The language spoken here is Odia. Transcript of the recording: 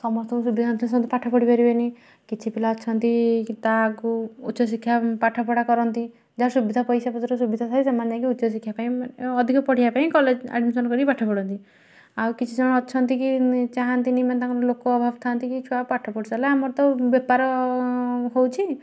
ସମସ୍ତଙ୍କୁ ତ ପାଠ ପଢ଼ିପାରିବେନି କିଛି ପିଲା ଅଛନ୍ତି ତା ଆଗକୁ ଉଚ୍ଚ ଶିକ୍ଷା ପାଠପଢ଼ା କରନ୍ତି ଯାହାର ସୁବିଧା ପଇସାପତ୍ର ସୁବିଧା ଥାଏ ସେମାନେ ଯାଇକି ଉଚ୍ଚ ଶିକ୍ଷା ପାଇଁ ଅଧିକ ପଢ଼ିବା ପାଇଁ କଲେଜ ଆଡ଼ିମିଶନ୍ କରି ପାଠ ପଢ଼ନ୍ତି ଆଉ କିଛି ଜଣ ଅଛନ୍ତି କି ଚାହାନ୍ତିନି ମାନେ ତାଙ୍କ ଲୋକ ଅଭାବ ଥାନ୍ତି କି ଛୁଆ ପାଠ ପଢ଼ି ସାରିଲା ଆମର ତ ବେପାର ହେଉଛି